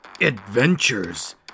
adventures